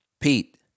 Pete